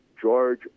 George